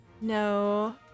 No